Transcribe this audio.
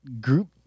group